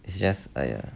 it's just like !aiya!